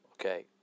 Okay